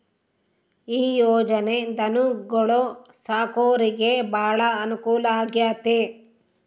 ಈ ಯೊಜನೆ ಧನುಗೊಳು ಸಾಕೊರಿಗೆ ಬಾಳ ಅನುಕೂಲ ಆಗ್ಯತೆ